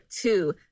two